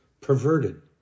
perverted